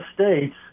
states